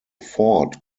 fort